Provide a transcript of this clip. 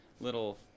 little